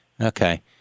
Okay